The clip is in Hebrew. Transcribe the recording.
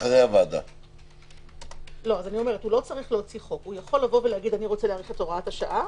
הוא יכול לומר שאני רוצה להאריך את הוראת השעה.